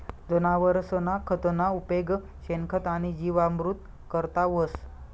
जनावरसना खतना उपेग शेणखत आणि जीवामृत करता व्हस